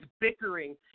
bickering